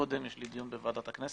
קודם כי יש לי דיון בוועדת הכנסת.